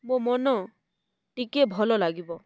ମୋ ମନ ଟିକେ ଭଲ ଲାଗିବ